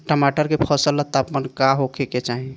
टमाटर के फसल ला तापमान का होखे के चाही?